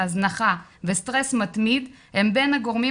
הזנחה וסטרס מתמיד הם בין הגורמים